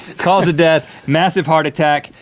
cause of death massive heart. attack.